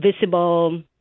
visible